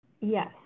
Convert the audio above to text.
Yes